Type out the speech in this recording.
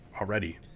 Already